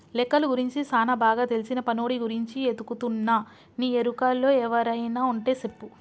లెక్కలు గురించి సానా బాగా తెల్సిన పనోడి గురించి ఎతుకుతున్నా నీ ఎరుకలో ఎవరైనా వుంటే సెప్పు